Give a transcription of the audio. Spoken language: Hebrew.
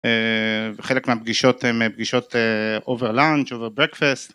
וחלק מהפגישות הם פגישות over lunch, over breakfast